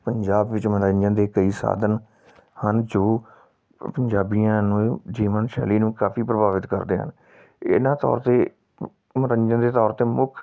ਪੰਜਾਬ ਵਿੱਚ ਮਨੋਰੰਜਨ ਦੇ ਕਈ ਸਾਧਨ ਹਨ ਜੋ ਪੰਜਾਬੀਆਂ ਨੂੰ ਜੀਵਨ ਸ਼ੈਲੀ ਨੂੰ ਕਾਫੀ ਪ੍ਰਭਾਵਿਤ ਕਰਦੇ ਹਨ ਇਹਨਾਂ ਤੌਰ 'ਤੇ ਮ ਮਨੋਰੰਜਨ ਦੇ ਤੌਰ 'ਤੇ ਮੁੱਖ